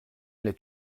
l’est